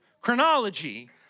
chronology